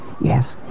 Yes